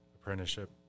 apprenticeship